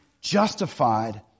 justified